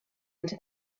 into